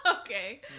Okay